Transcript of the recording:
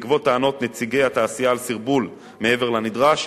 בעקבות טענות נציגי התעשייה על סרבול מעבר לנדרש,